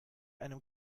einem